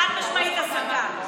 חד-משמעית, הסתה.